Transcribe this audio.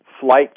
flight